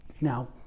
Now